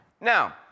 Now